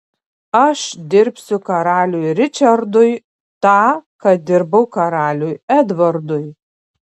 aš dirbsiu karaliui ričardui tą ką dirbau karaliui edvardui